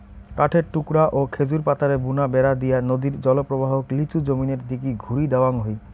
কাঠের টুকরা ও খেজুর পাতারে বুনা বেড়া দিয়া নদীর জলপ্রবাহক লিচু জমিনের দিকি ঘুরি দেওয়াং হই